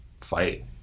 fight